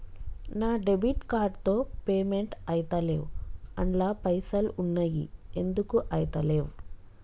నా debit card తో payment ఐతలేవ్ అండ్ల పైసల్ ఉన్నయి ఎందుకు ఐతలేవ్?